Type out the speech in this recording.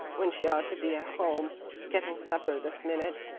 when she ought to be at home getting supper this minute.